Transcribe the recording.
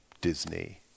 Disney